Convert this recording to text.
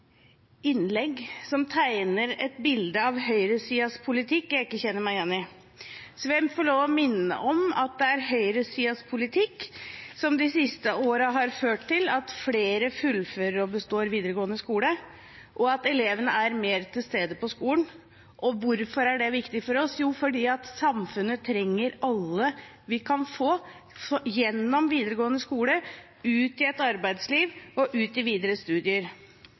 innlegg, som tegner et bilde av høyresidens politikk som jeg ikke kjenner meg igjen i. Jeg vil få lov å minne om at det er høyresidens politikk som de siste årene har ført til at flere fullfører og består videregående skole, og at elevene er mer til stede på skolen. Og hvorfor er det viktig for oss? Jo, fordi samfunnet trenger alle vi kan få gjennom videregående skole, ut i et arbeidsliv og ut i videre studier.